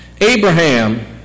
Abraham